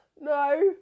No